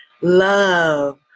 love